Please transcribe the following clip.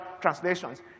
translations